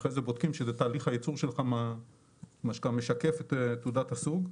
שאחרי זה בודקים שזה תהליך הייצור שלך משקף את תעודת הסוג.